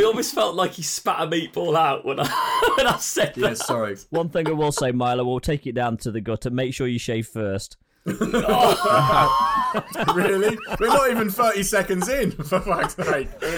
I almost felt like he spat a meatball out when I- when I said Yeah, that. sorry. One thing I will say, Milo, we'll take it down to the gutter. Make sure you shave first. Really? We're not even 30 seconds in, for fuck's sake.